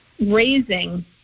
raising